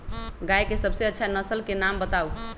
गाय के सबसे अच्छा नसल के नाम बताऊ?